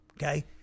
okay